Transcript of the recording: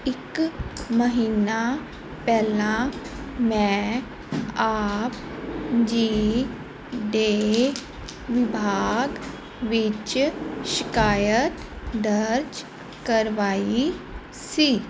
ਇੱਕ ਮਹੀਨਾ ਪਹਿਲਾਂ ਮੈਂ ਆਪ ਜੀ ਦੇ ਵਿਭਾਗ ਵਿੱਚ ਸ਼ਿਕਾਇਤ ਦਰਜ ਕਰਵਾਈ ਸੀ